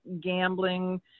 gambling